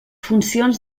funcions